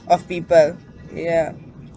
of people ya